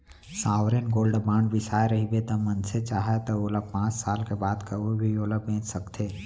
sovereign gold bond बिसाए रहिबे त मनसे चाहय त ओला पाँच साल के बाद कभू भी ओला बेंच सकथे